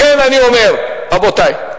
לכן אני אומר, רבותי,